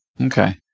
Okay